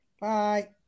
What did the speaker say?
Bye